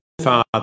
Father